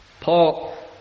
Paul